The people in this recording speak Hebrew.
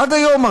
עד היום,